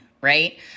right